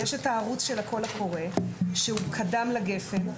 יש את הערוץ של הקול הקורא שהוא קדם לגפ"ן,